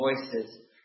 voices